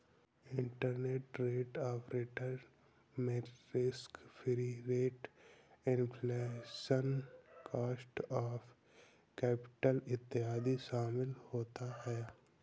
internal rate of return में risk free rate, inflation, cost of capital इत्यादि शामिल होता है